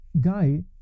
guy